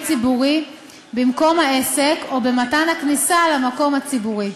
ציבורי במקום העסק או במתן הכניסה למקום הציבורי,